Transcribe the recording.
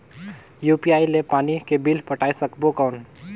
UPI ले पानी के बिल पटाय सकबो कौन?